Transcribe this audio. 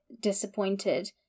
disappointed